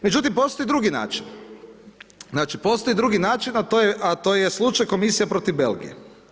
Međutim, postoji drugi način, znači postoji drugi način, a to je slučaj komisija protiv Belgije.